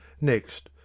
Next